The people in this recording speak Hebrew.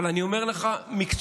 אבל אני אומר לך מקצועית,